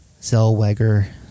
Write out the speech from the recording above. Zellweger